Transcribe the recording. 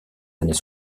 années